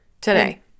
Today